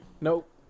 Nope